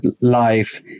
life